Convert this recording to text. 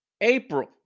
April